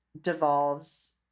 devolves